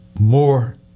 more